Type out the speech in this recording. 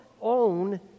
own